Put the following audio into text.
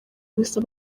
gusa